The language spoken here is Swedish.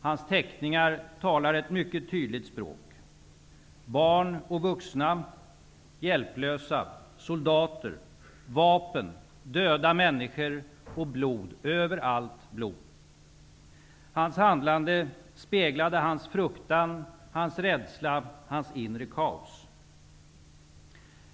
Hans teckningar talade ett mycket tydligt språk; barn och vuxna, hjälplösa, soldater, vapen, döda människor och blod, överallt blod. Hans handlande speglade hans fruktan, hans rädsla, hans inre kaos.